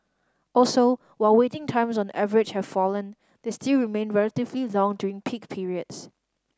also while waiting times on average have fallen they still remain relatively long during peak periods